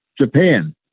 Japan